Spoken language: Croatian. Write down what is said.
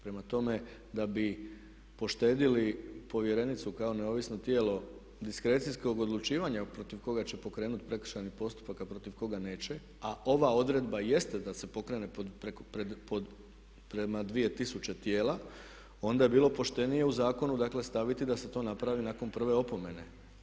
Prema tome, da bi poštedili povjerenicu kao neovisno tijelo diskrecijskog odlučivanja protiv koga će pokrenuti prekršajni postupak, a protiv koga neće a ova odredba jeste da se pokrene prema 2000 tijela, onda bi bilo poštenije u zakonu, dakle staviti da se to napravi nakon prve opomene.